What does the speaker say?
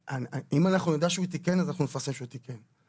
אם אנחנו נדע שהוא תיקן אז נפרסם שהוא תיקן.